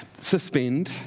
suspend